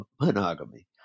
monogamy